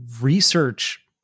research